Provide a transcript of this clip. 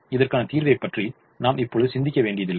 இதற்கான தீர்வைப் பற்றி நாம் இப்பொழுது சிந்திக்க வேண்டியதில்லை